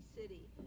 City